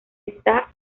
está